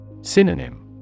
Synonym